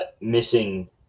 missing